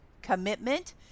commitment